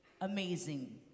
amazing